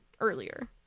earlier